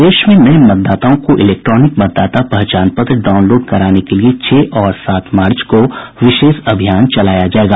प्रदेश में नये मतदाताओं को इलेक्ट्रॉनिक मतदाता पहचान पत्र डाउनलोड कराने के लिए छह और सात मार्च को विशेष अभियान चलाया जायेगा